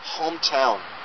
hometown